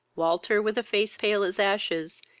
walter, with a face pale as ashes,